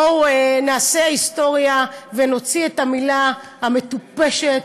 בואו נעשה היסטוריה ונוציא את המילה המטופשת,